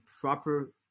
proper